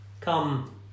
come